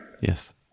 yes